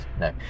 no